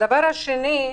דבר שני,